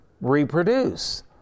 reproduce